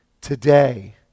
today